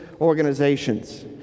organizations